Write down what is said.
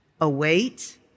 await